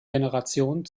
generation